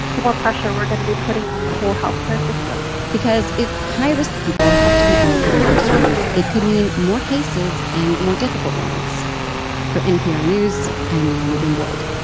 the more pressure we're going to be putting on the whole health care system because if high-risk people have to be out getting groceries, it could mean more cases and more difficult ones for npr news, i'm naomi gingold